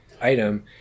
item